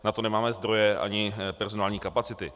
Na to nemáme zdroje ani personální kapacity.